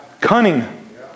Cunning